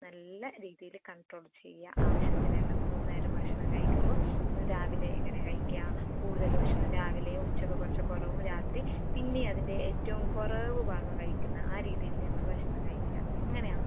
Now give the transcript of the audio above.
നല്ല രീതിയിൽ കൺട്രോള് ചെയ്യാൻ ആവശ്യത്തിന് ഉള്ളത് മൂന്ന് നേരം ഭക്ഷണം കഴിക്കുമ്പോൾ രാവിലെ ഇങ്ങനെ കഴിക്കാം കൂടുതൽ ഭക്ഷണം രാവിലെയും ഉച്ചക്ക് കുറച്ച് കുറവും രാത്രി പിന്നെ അതിൻ്റെ ഏറ്റവും കുറവ് ഭാഗം കഴിക്കുന്ന ആ രീതിയിൽ ഞങ്ങൾ ഭക്ഷണം കഴിക്കാം അങ്ങനെയാണ്